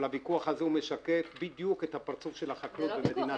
אבל הוויכוח הזה משקף בדיוק את הפרצוף של החקלאות במדינת ישראל.